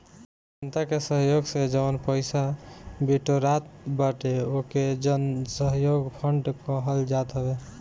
जनता के सहयोग से जवन पईसा बिटोरात बाटे ओके जनसहयोग फंड कहल जात हवे